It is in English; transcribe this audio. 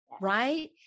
right